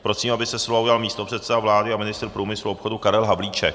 Prosím, aby se slova ujal místopředseda vlády a ministr průmyslu a obchodu Karel Havlíček.